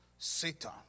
Satan